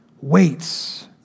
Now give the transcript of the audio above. waits